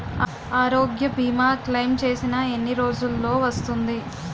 ఆరోగ్య భీమా క్లైమ్ చేసిన ఎన్ని రోజ్జులో వస్తుంది?